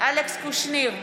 אלכס קושניר,